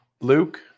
Luke